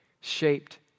shaped